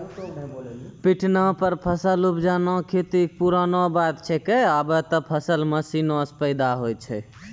पिटना पर फसल उपजाना खेती कॅ पुरानो बात छैके, आबॅ त फसल मशीन सॅ पैदा होय छै